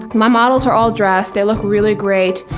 my models are all dressed, they look really great,